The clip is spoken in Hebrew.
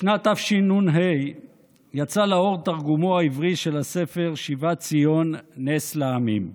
בשנת תשנ"ה יצא לאור תרגומו העברי של הספר "שיבת ציון נס לעמים",